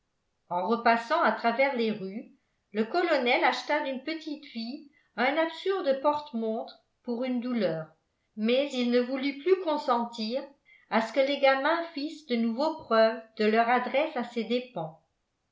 en repassant à travers les rues le colonel acheta d'une petite fille un absurde porte montre pour une douleur mais il ne voulut plus consentir à ce que les gamins fissent de nouveau preuve de leur adresse à ses dépens